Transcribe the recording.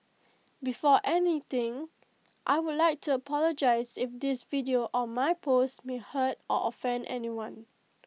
before anything I would like to apologise if this video or my post may hurt or offend anyone